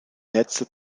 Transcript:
netze